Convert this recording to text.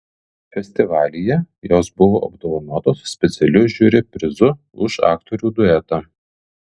festivalyje jos buvo apdovanotos specialiu žiuri prizu už aktorių duetą